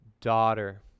Daughter